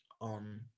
on